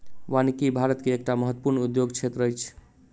वानिकी भारत के एकटा महत्वपूर्ण उद्योग क्षेत्र अछि